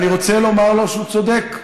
אני רוצה לומר לו שהוא צודק.